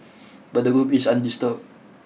but the group is undisturbed